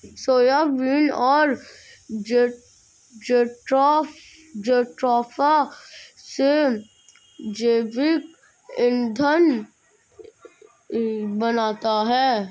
soybean और jatropha से जैविक ईंधन बनता है